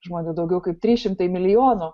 žmonių daugiau kaip trys šimtai milijonų